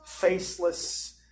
faceless